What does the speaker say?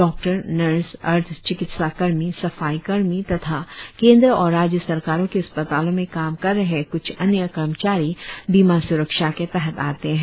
doctor nurse अर्ध चिकित्सा कर्मी सफाई कर्मी तथा केन्द्र और राज्य सरकारों के अस्पतालों में काम कर रहे क्छ अन्य कर्मचारी बीमा स्रक्षा के तहत आते हैं